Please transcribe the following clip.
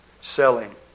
selling